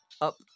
Up